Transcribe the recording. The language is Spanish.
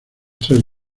tres